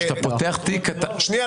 כשאתה פותח תיק --- שנייה,